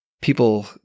people